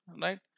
Right